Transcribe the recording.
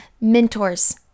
mentors